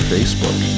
Facebook